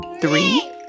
Three